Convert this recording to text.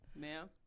Ma'am